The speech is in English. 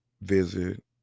visit